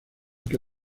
que